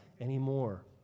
anymore